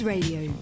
Radio